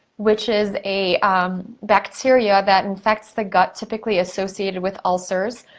which is a bacteria that infects the gut typically associated with ulcers,